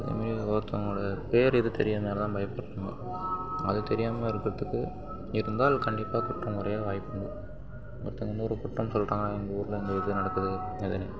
அதே மாதிரி ஒவ்வொருத்தங்களோட பேர் இது தெரியும்னால்தான் பயப்படணும் நம்ம அது தெரியாமல் இருக்கிறதுக்கு இருந்தால் கண்டிப்பாக குற்றம் குறைய வாய்ப்புண்டு ஒருத்தங்க வந்து ஒரு குற்றம் சொல்றாங்கனால் எங்கள் ஊரில் இந்த இது நடக்குது அதுனு